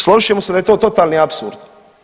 Složit ćemo se da to totalni apsurd.